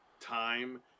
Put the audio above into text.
time